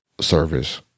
service